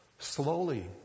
Slowly